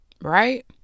right